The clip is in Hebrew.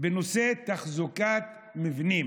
בנושא תחזוקת מבנים,